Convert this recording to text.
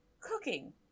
cooking